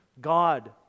God